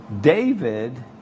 David